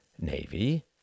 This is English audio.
navy